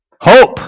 Hope